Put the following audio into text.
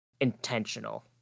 intentional